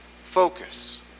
focus